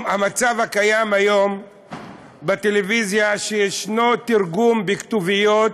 המצב הקיים היום בטלוויזיה הוא שיש תרגום בכתוביות